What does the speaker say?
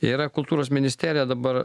yra kultūros ministerija dabar